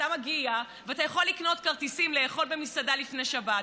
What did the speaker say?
אתה מגיע ואתה יכול לקנות כרטיסים לאכול במסעדה לפני שבת?